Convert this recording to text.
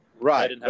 right